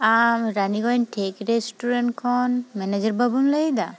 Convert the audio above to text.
ᱟᱢ ᱨᱟᱱᱤᱜᱚᱸᱡᱽ ᱴᱷᱮᱠ ᱨᱮᱥᱴᱩᱨᱮᱱᱴ ᱠᱷᱚᱱ ᱢᱮᱱᱮᱡᱟᱨ ᱵᱟᱹᱵᱩᱢ ᱞᱟᱹᱭᱫᱟ